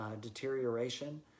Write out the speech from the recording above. deterioration